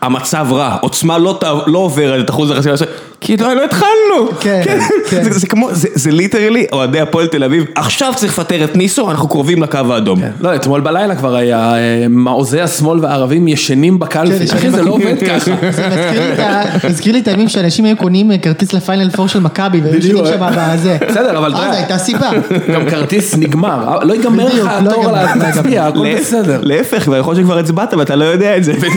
המצב רע, עוצמה לא תעב... לא עוברת את אחוז החסימה. זאת אומרת... כי עוד לא התחלנו! כן, כן. זה כמו, זה ליטרלי, אוהדי הפועל תל אביב "עכשיו צריך לפטר את ניסו, אנחנו קרובים לקו האדום!". לא, אתמול בלילה כבר היה... "מעוזי השמאל והערבים ישנים בקלפי"... אחי, זה לא עובד ככה. זה מזכיר לי את ה...זה מזכיר לי את הימים שאנשים היו קונים כרטיס לפיינל פור של מכבי והיו ישנים שמה ב... זה. בסדר אבל, זה... אז היתה סיבה. הכרטיס נגמר, לא ייגמר לך התור להצביע, הכל בסדר. להפך זה יכול להיות שכבר הצבעת ואתה לא יודע את זה.